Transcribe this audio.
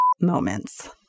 moments